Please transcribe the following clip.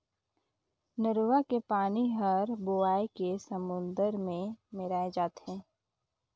नरूवा के पानी हर बोहाए के समुन्दर मे मेराय जाथे